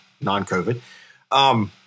non-COVID